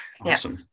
Awesome